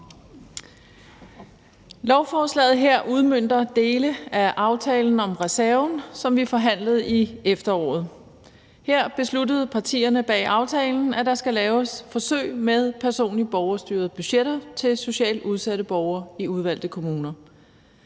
Lovforslaget her udmønter dele af aftalen om reserven, som vi forhandlede i efteråret. Her besluttede partierne bag aftalen, at der skal laves forsøg med personlige borgerstyrede budgetter til socialt udsatte borgere i udvalgte kommuner.